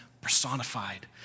personified